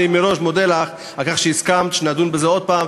אני מראש מודה לך על כך שנדון בזה עוד הפעם.